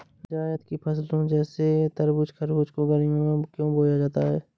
जायद की फसले जैसे तरबूज़ खरबूज को गर्मियों में क्यो बोया जाता है?